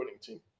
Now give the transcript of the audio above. team